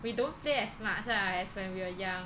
we don't play as much lah as when we were young